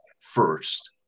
first